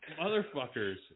Motherfuckers